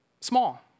small